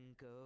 go